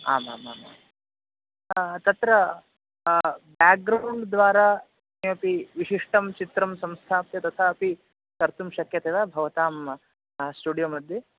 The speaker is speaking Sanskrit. आमामामां तत्र बेग्ग्रौण्ड् द्वारा किमपि विशिष्टं चित्रं संस्थाप्य तथापि कर्तुं शक्यते वा भवतां स्टुडियो मध्ये